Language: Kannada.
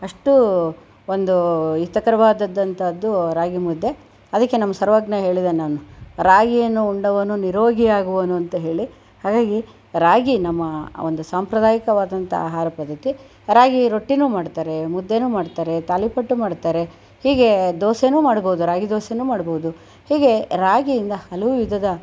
ಅಷ್ಟು ಒಂದು ಹಿತಕರವಾದಂತಂಥದ್ದು ರಾಗಿ ಮುದ್ದೆ ಅದಕ್ಕೆ ನಮ್ಮ ಸರ್ವಜ್ಞ ಹೇಳಿದ್ದನ್ನು ಅವನು ರಾಗಿಯನ್ನು ಉಂಡವನು ನಿರೋಗಿಯಾಗುವನು ಅಂತ ಹೇಳಿ ಹಾಗಾಗಿ ರಾಗಿ ನಮ್ಮ ಒಂದು ಸಾಂಪ್ರದಾಯಿಕವಾದಂಥ ಆಹಾರ ಪದ್ಧತಿ ರಾಗಿ ರೊಟ್ಟಿನೂ ಮಾಡುತ್ತಾರೆ ಮುದ್ದೆನು ಮಾಡುತ್ತಾರೆ ತಾಲಿಪಟ್ಟು ಮಾಡುತ್ತಾರೆ ಹೀಗೆ ದೋಸೆನೂ ಮಾಡ್ಬೋದು ರಾಗಿ ದೋಸೆನೂ ಮಾಡ್ಬೋದು ಹೀಗೆ ರಾಗಿಯಿಂದ ಹಲವು ವಿಧದ